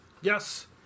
Yes